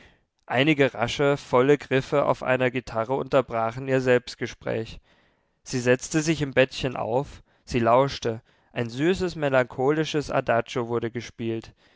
lie einige rasche volle griffe auf einer gitarre unterbrachen ihr selbstgespräch sie setzte sich im bettchen auf sie lauschte ein süßes melancholisches adagio wurde gespielt